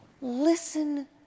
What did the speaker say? listen